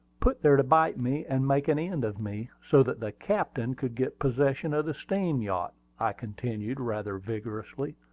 put there to bite me, and make an end of me, so that the captain could get possession of the steam-yacht! i continued, rather vigorously,